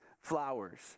flowers